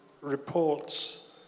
reports